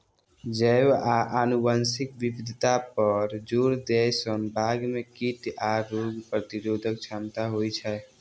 जैव आ आनुवंशिक विविधता पर जोर दै सं बाग मे कीट आ रोग प्रतिरोधक क्षमता होइ छै